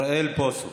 אוריאל בוסו.